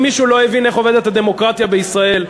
אם מישהו לא הבין איך עובדת הדמוקרטיה בישראל,